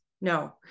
no